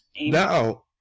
Now